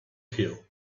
hill